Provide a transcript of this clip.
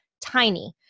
tiny